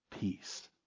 peace